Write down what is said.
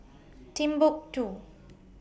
Timbuk two